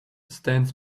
stands